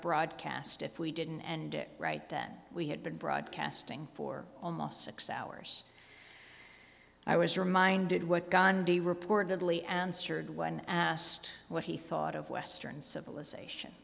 broadcast if we didn't and it right that we had been broadcasting for almost six hours i was reminded what gandhi reportedly answered when asked what he thought of western civilization